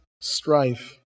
strife